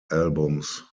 albums